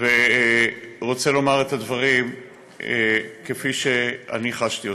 ואני רוצה לומר את הדברים כפי שחשתי אותם.